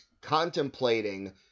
contemplating